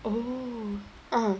oh uh